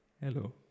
hello